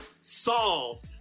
solve